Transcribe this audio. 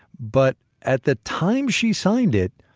but at the time she signed it,